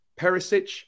Perisic